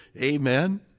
Amen